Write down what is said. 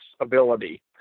ability